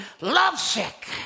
lovesick